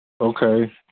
Okay